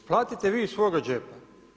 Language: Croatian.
Platite vi iz svoga džepa.